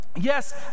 Yes